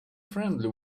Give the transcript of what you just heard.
friendly